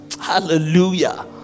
Hallelujah